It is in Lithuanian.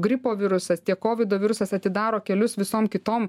gripo virusas tiek kovido virusas atidaro kelius visom kitom